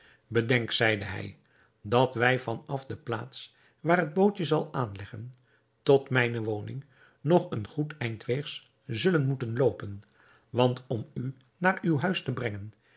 bedenk zeide hij dat wij van af de plaats waar het bootje zal aanleggen tot mijne woning nog een goed eind weegs zullen moeten loopen want om u naar uw huis te brengen